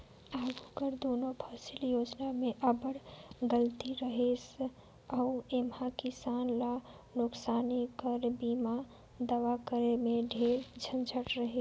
आघु कर दुनो फसिल योजना में अब्बड़ गलती रहिस अउ एम्हां किसान ल नोसकानी कर बीमा दावा करे में ढेरे झंझट रहिस